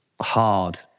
hard